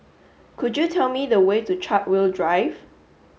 could you tell me the way to Chartwell Drive